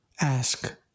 ask